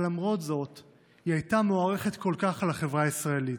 אבל למרות זאת היא הייתה מוערכת כל כך בחברה הישראלית.